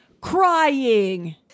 Crying